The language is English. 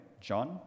John